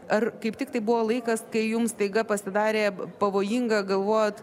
ar kaip tik tai buvo laikas kai jums staiga pasidarė pavojinga galvojot